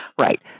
Right